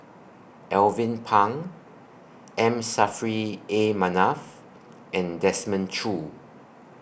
Alvin Pang M Saffri A Manaf and Desmond Choo